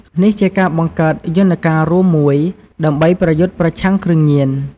នេះជាការបង្កើតយន្តការរួមមួយដើម្បីប្រយុទ្ធប្រឆាំងគ្រឿងញៀន។